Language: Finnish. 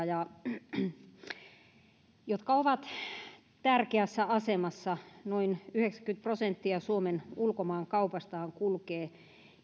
ja tärkeässä asemassa olevia varustamoja noin yhdeksänkymmentä prosenttia suomen ulkomaankaupastahan kulkee